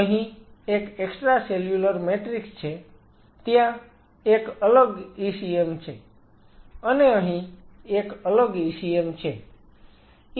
અહી એક extracellular matrix છે ત્યાં એક અલગ ECM છે અને અહીં એક અલગ ECM છે